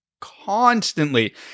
constantly